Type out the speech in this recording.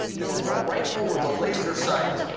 using a rifle with a laser sight.